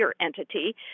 entity